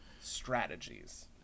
strategies